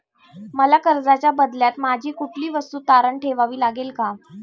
मला कर्जाच्या बदल्यात माझी कुठली वस्तू तारण ठेवावी लागेल का?